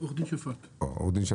עו"ד שפט, בבקשה.